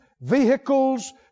Vehicles